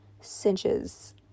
cinches